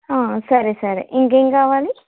సరే సరే ఇంకా ఏమి కావాలి